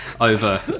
over